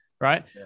Right